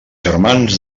germans